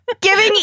Giving